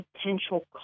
potential